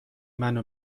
منو